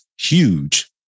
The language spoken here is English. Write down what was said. Huge